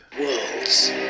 Worlds